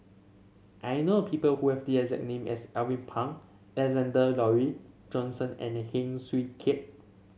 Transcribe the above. I know people who have the exact name as Alvin Pang Alexander Laurie Johnston and Heng Swee Keat